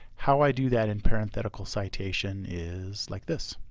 how i do that in parenthetical citation is like this.